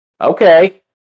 Okay